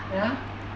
!huh!